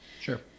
Sure